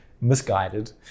misguided